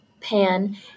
Pan